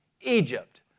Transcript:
Egypt